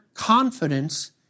confidence